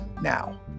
now